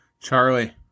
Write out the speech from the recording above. Charlie